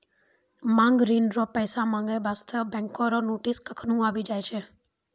मांग ऋण रो पैसा माँगै बास्ते बैंको रो नोटिस कखनु आबि जाय छै